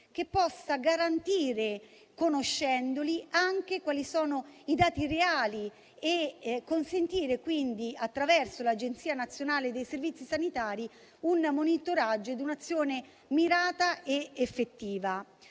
che possa garantire, conoscendoli, anche quali sono i dati reali e consentire quindi, attraverso l'Agenzia nazionale per i servizi sanitari regionali, un monitoraggio ed un'azione mirata ed effettiva.